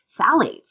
phthalates